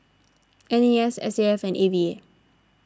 N A S S A F and A V A